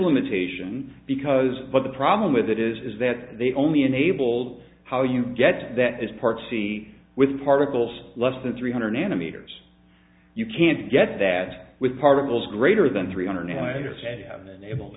limitation because but the problem with that is that they only enabled how you get that is party with particles less than three hundred nanometers you can't get that with particles greater than three hundred and i understand have been unable t